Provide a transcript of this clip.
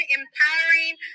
empowering